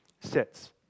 sits